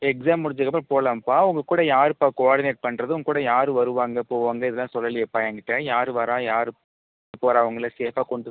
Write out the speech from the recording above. exam முடிஞ்சதுக்கு அப்றம் போகலாம்ப்பா உங்கள்க்கூட யாருப்பா கோஆர்டினேட் பண்ணுறது உங்கள்கூட யார் வருவாங்க போவாங்க இதெல்லாம் சொல்லலியேப்பா என்கிட்ட யார் வரா யாரு போகிறா உங்களை சேஃபாக கொண்டு